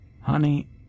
Honey